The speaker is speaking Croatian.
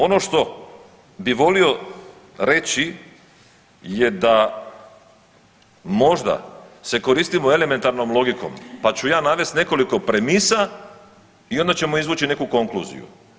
Ono što bi volio reći je da možda se koristimo elementarnom logikom pa ću ja navesti nekoliko premisa i onda ćemo izvući nekakvu konkluziju.